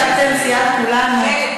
זה שאתם, סיעת כולנו, חלק.